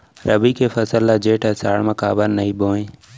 रबि के फसल ल जेठ आषाढ़ म काबर नही बोए?